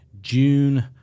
June